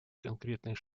конкретные